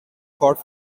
fought